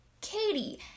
Katie